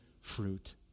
fruit